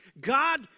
God